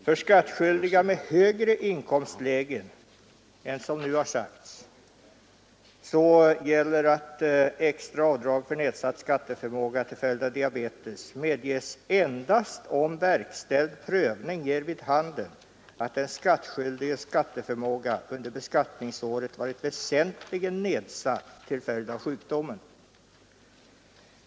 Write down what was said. För skattskyldiga i högre inkomstlägen gäller att extra avdrag för nedsatt skatteförmåga till följd av diabetes medges endast om verkställd prövning ger vid handen att den skattskyldiges skatteförmåga under beskattningsåret varit väsentligen nedsatt till följd av sjukdomen.